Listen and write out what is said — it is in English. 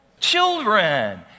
Children